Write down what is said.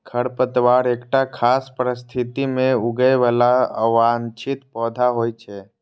खरपतवार एकटा खास परिस्थिति मे उगय बला अवांछित पौधा होइ छै